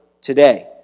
today